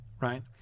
right